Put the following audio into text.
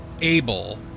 able